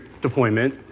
deployment